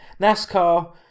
nascar